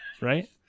right